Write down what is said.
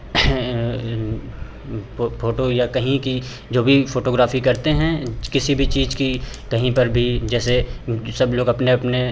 photo या कहीं की जो भी फ़ोटोग्राफ़ी करते हैं किसी भी चीज़ की कहीं पर भी जैसे तो सब लोग अपने अपने